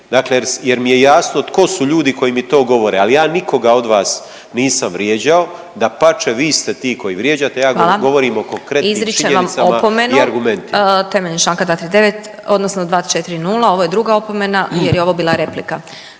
dakle jer mi je jasno tko su ljudi koji mi to govore, ali ja nikoga od vas nisam vrijeđao. Dapače vi ste ti koji vrijeđate …/Upadica: Hvala./… ja vam govorim o konkretnim činjenicama i argumentima. **Glasovac, Sabina (SDP)** Izričem vam opomenu temeljem Članka 239. odnosno 240. ovo je druga opomena jer je ovo bila replika.